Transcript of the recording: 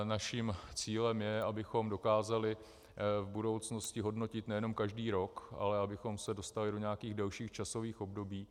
Naším cílem je, abychom dokázali v budoucnosti hodnotit nejenom každý rok, ale abychom se dostali do nějakých delších časových období.